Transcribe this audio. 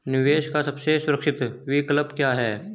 निवेश का सबसे सुरक्षित विकल्प क्या है?